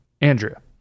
Andrea